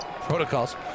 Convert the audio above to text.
protocols